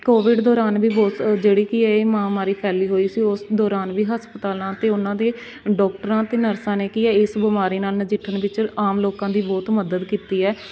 Covid ਦੌਰਾਨ ਵੀ ਬਹੁਤ ਜਿਹੜੀ ਕੀ ਹੈ ਇਹ ਮਹਾਂਮਾਰੀ ਫੈਲੀ ਹੋਈ ਸੀ ਉਸ ਦੌਰਾਨ ਵੀ ਹਸਪਤਾਲਾਂ ਅਤੇ ਉਹਨਾਂ ਦੇ ਡੋਕਟਰਾਂ ਅਤੇ ਨਰਸਾਂ ਨੇ ਕੀ ਹੈ ਇਸ ਬਿਮਾਰੀ ਨਾਲ ਨਜਿੱਠਣ ਵਿੱਚ ਆਮ ਲੋਕਾਂ ਦੀ ਬਹੁਤ ਮਦਦ ਕੀਤੀ ਹੈ